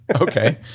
Okay